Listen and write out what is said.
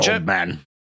man